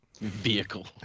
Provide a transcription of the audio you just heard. Vehicle